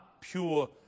pure